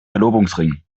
verlobungsring